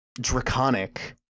draconic